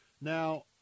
Now